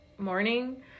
morning